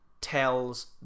tells